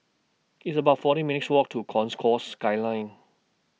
It's about fourteen minutes' Walk to Concourse Skyline